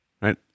right